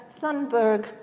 Thunberg